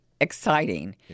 exciting